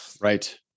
Right